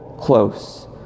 close